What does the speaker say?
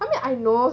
I mean I know